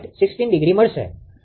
16° મળશે